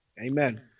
Amen